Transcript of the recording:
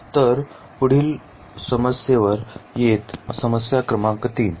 तर पुढील समस्येवर येत समस्या क्रमांक 3